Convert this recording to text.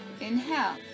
Inhale